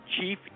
Chief